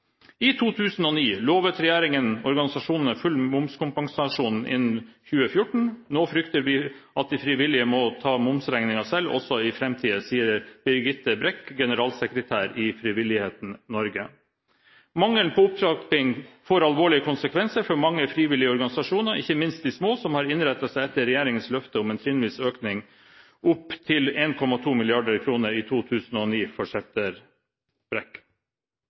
I 2009 lovet regjeringen organisasjonene full momskompensasjon innen 2014. Nå frykter vi for at de frivillige må ta momsregninga selv også i framtiden, sier Birgitte Brekke generalsekretær i Frivillighet Norge. – Mangelen på opptrapping får alvorlige konsekvenser for mange frivillige organisasjoner, ikke minst de små, som har innrettet seg etter regjeringens løfte om trinnvis økning opp til 1,2 mrd kr i 2014, fortsetter Brekke.»